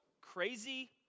crazy